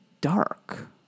dark